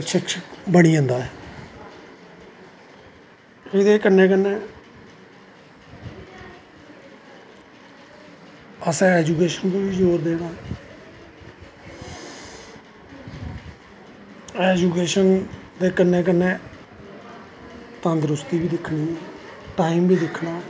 ते शिक्षक बनी जंदा ऐ ओह्दे कन्नै कन्नै असैं ऐजुकेशन पर बी जोर देनां ऐ ऐजूकेशन दे कन्नै कन्नै तंदरुस्ती बी दिक्खनी टाईम बी दिक्खनां